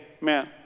man